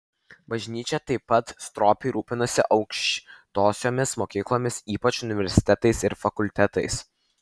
bažnyčia taip pat stropiai rūpinasi aukštosiomis mokyklomis ypač universitetais ir fakultetais